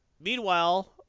meanwhile